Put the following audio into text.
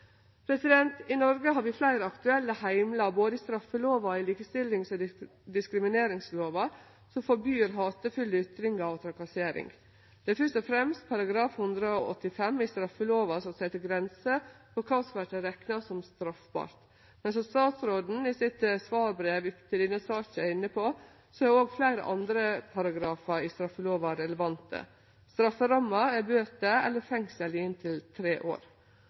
I Noreg har vi fleire aktuelle heimlar i både straffelova og likestillings- og diskrimineringslova som forbyr hatefulle ytringar og trakassering. Det er først og fremst § 185 i straffelova som set grenser for kva som vert rekna som straffbart, men som statsråden i sitt svarbrev til denne saka er inne på, er òg fleire andre paragrafar i straffelova relevante. Strafferamma er bøter eller fengsel i inntil tre år.